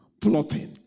plotting